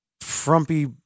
frumpy